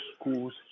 schools